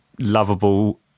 lovable